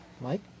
Mike